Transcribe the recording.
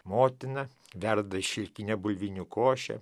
motina verda šilkinę bulvinę košę